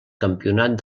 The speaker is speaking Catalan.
campionat